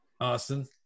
Austin